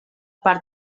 part